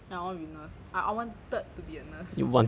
ya I want be nurse I I wanted to be a nurse